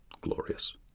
glorious